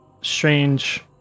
strange